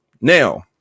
Now